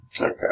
Okay